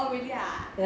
oh really ah